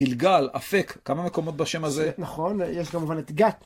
גילגל, אפק, כמה מקומות בשם הזה? נכון, יש כמובן את גת.